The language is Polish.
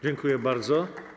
Dziękuję bardzo.